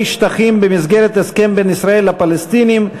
שטחים במסגרת הסכם בין ישראל לפלסטינים,